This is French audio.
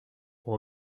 pour